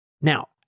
Now